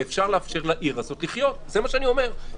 ואפשר לאפשר לעיר הזאת לחיות זה מה שאני אומר.